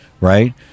right